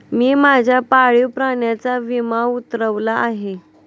मी माझ्या पाळीव प्राण्याचा विमा उतरवला आहे